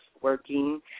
working